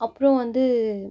அப்புறம் வந்து